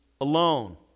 alone